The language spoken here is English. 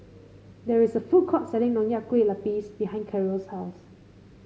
there is a food court selling Nonya Kueh Lapis behind Karol's house